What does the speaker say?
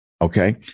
Okay